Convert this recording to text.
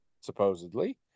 supposedly